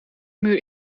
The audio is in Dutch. muur